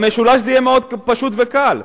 במשולש זה יהיה מאוד פשוט וקל.